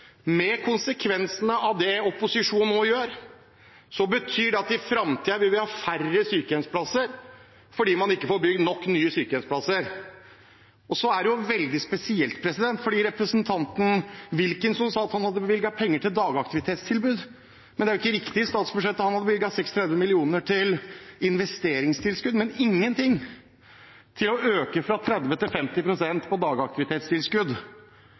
av det som opposisjonen nå gjør, er at vi i framtiden vil ha færre sykehjemsplasser fordi man ikke får bygd nok nye sykehjemsplasser. Så var det veldig spesielt å høre representanten Wilkinson si at han hadde bevilget penger i statsbudsjettet til dagaktivitetstilbud. Men det er jo ikke riktig. Han hadde bevilget 36 mill. kr til investeringstilskudd, men ingenting til å øke dagaktivitetstilskuddet fra 30 pst. til